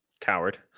Coward